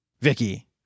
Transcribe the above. Vicky